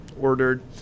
ordered